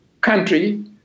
country